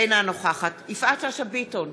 אינה נוכחת יפעת שאשא ביטון,